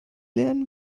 lernen